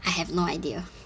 I have no idea